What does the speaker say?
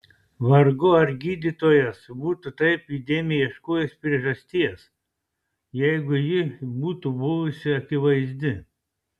vargu ar gydytojas būtų taip įdėmiai ieškojęs priežasties jeigu ji būtų buvusi akivaizdi